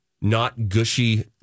not-gushy